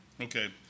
Okay